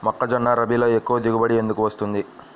మొక్కజొన్న రబీలో ఎక్కువ దిగుబడి ఎందుకు వస్తుంది?